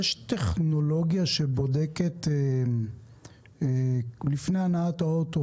יש טכנולוגיה שבודקת עוד לפני הנעת הרכב,